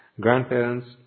grandparents